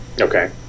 Okay